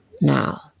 Now